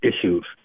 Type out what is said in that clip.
issues